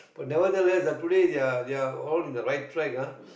but nevertheless ah today they are they are all in the right track ah